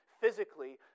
physically